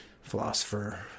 philosopher